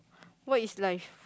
what is life